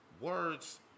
words